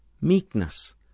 meekness